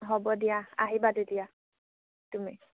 হ'ব দিয়া আহিবা তেতিয়া তুমি